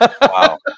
Wow